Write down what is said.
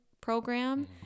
program